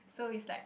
so it's like